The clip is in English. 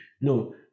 no